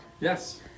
Yes